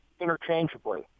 interchangeably